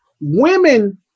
Women